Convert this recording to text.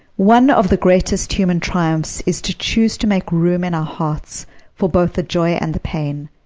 one of the greatest human triumphs is to choose to make room in our hearts for both the joy and the pain,